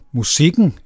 musikken